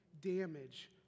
damage